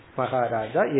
maharaja